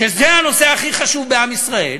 שזה הנושא הכי חשוב בעם ישראל,